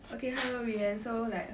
okay hello rianne so like